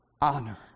honor